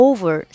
Over